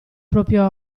proprio